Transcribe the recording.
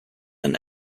and